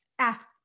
ask